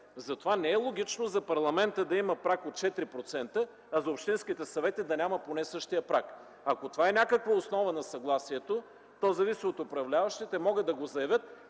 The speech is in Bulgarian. Затова не е логично за парламента да има праг от 4%, а за общинските съвети да няма поне същия праг. Ако това е някаква основа на съгласието, то зависи от управляващите, могат да го заявят